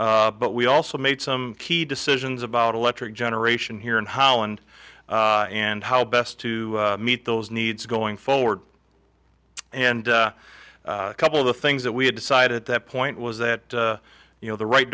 but we also made some key decisions about electric generation here in holland and how best to meet those needs going forward and a couple of the things that we had decided at that point was that you know the right